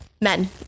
men